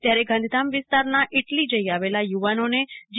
ત્યારે ગાંધીધામવિસ્તારના ઇટલી જઇ આવેલા યુવાનને જી